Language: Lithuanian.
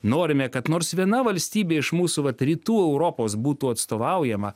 norime kad nors viena valstybė iš mūsų vat rytų europos būtų atstovaujama